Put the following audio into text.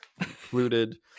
included